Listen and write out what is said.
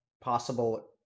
possible